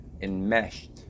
enmeshed